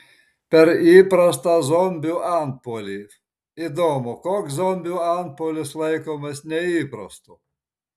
per įprastą zombių antpuolį įdomu koks zombių antpuolis laikomas neįprastu